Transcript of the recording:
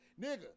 Nigga